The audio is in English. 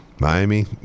Miami